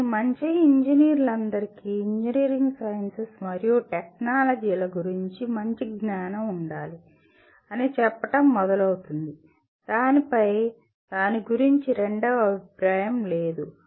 కానీ మంచి ఇంజనీర్లందరికి ఇంజనీరింగ్ సైన్సెస్ మరియు టెక్నాలజీల గురించి మంచి జ్ఞానం ఉండాలి అని చెప్పడం మొదలవుతుంది దానిపై దాని గురించి రెండవ అభిప్రాయం లేదు